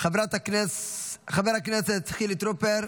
חבר הכנסת חילי טרופר,